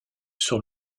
sur